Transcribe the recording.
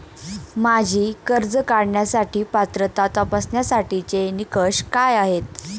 माझी कर्ज काढण्यासाठी पात्रता तपासण्यासाठीचे निकष काय आहेत?